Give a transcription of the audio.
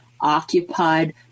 occupied